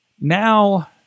Now